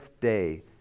day